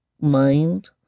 Mind